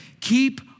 Keep